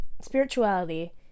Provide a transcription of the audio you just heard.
spirituality